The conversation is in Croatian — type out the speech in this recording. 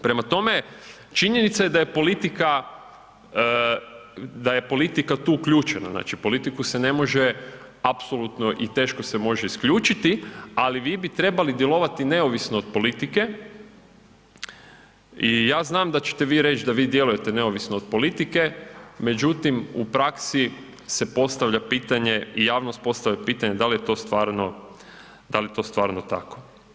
Prema tome, činjenica je da je politika, da je politika tu uključena, znači politiku se ne može apsolutno i teško se može isključiti, ali vi bi trebali djelovati neovisno od politike, i ja znam da ćete vi reć' da vi djelujete neovisno od politike, međutim u praksi se postavlja pitanje i javnost postavlja pitanje da li je to stvarno, dal' je to stvarno tako.